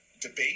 debate